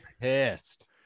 pissed